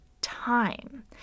time